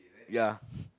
ya